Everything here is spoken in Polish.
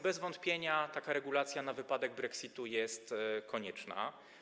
Bez wątpienia taka regulacja na wypadek brexitu jest konieczna.